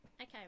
Okay